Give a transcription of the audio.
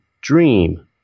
dream